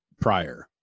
prior